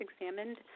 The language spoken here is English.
examined